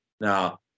Now